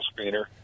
screener